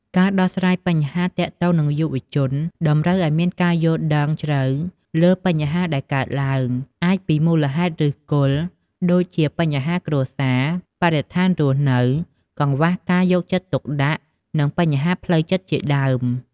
ការដោះស្រាយបញ្ហាទាក់ទងនឹងយុវជន តម្រូវឲ្យមានការយល់ដឹងយ៉ាងជ្រៅលើបញ្ហាដែលកើតឡើង អាចពីមូលហេតុឬសគល់ ដូចជាបញ្ហាគ្រួសារ បរិស្ថានរស់នៅ ការខ្វះការយកចិត្តទុកដាក់ និងបញ្ហាផ្លូវចិត្តជាដើម។